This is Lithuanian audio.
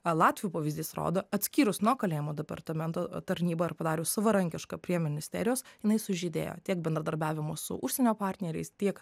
a latvių pavyzdys rodo atskyrus nuo kalėjimų departamento tarnybą ir padarius savarankišką prie ministerijos jinai sužydėjo tiek bendradarbiavimo su užsienio partneriais tiek